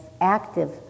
active